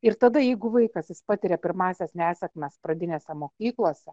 ir tada jeigu vaikas jis patiria pirmąsias nesėkmes pradinėse mokyklose